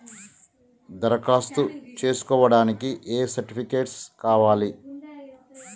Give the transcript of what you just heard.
దరఖాస్తు చేస్కోవడానికి ఏ సర్టిఫికేట్స్ కావాలి?